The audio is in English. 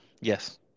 Yes